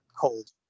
Cold